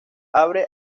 abre